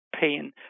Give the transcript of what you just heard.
pain